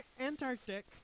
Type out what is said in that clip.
Antarctic